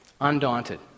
Undaunted